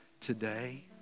today